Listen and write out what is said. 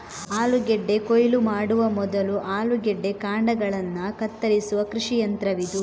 ಆಲೂಗೆಡ್ಡೆ ಕೊಯ್ಲು ಮಾಡುವ ಮೊದಲು ಆಲೂಗೆಡ್ಡೆ ಕಾಂಡಗಳನ್ನ ಕತ್ತರಿಸುವ ಕೃಷಿ ಯಂತ್ರವಿದು